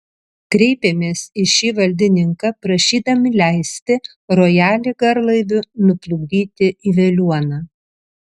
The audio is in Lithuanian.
kreipėmės į šį valdininką prašydami leisti rojalį garlaiviu nuplukdyti į veliuoną